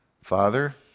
Father